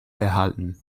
erhalten